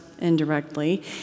indirectly